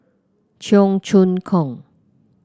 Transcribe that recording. Cheong Choong Kong